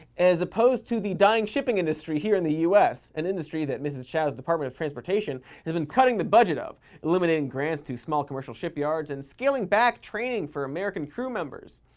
as opposed to the dying shipping industry here in the us. an industry that mrs. chao's department of transportation has been cutting the budget of, eliminating grants to small commercial shipyards and scaling back training for american crew members.